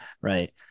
Right